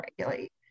regulate